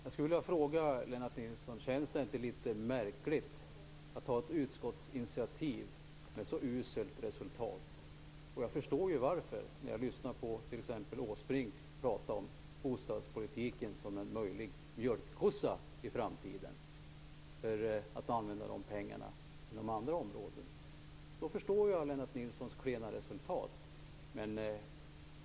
Jag skulle vilja fråga Lennart Nilsson om det inte känns litet märkligt att ta ett utskottsinitiativ med så uselt resultat. Jag förstår varför när jag t.ex. hör Åsbrink prata om bostadspolitiken som en möjlig mjölkkossa i framtiden. De pengarna kan man använda inom andra områden. Då förstår jag Lennart Nilssons klena resultat.